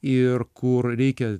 ir kur reikia